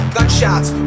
Gunshots